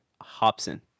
Hobson